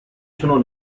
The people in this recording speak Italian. sono